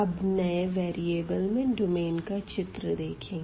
अब नए वेरीअबल में डोमेन का चित्र देखेंगे